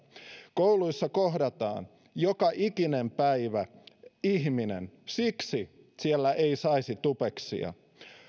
kouluissa kohdataan joka ikinen päivä ihminen siksi siellä ei saisi tupeksia